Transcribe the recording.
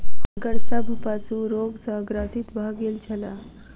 हुनकर सभ पशु रोग सॅ ग्रसित भ गेल छल